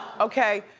okay,